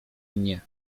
mnie